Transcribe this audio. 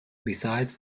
besides